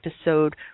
episode